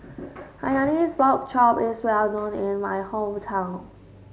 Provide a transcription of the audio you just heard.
Hainanese Pork Chop is well known in my hometown